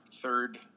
third